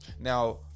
Now